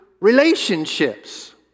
relationships